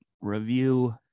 review